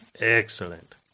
Excellent